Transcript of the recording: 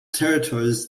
territories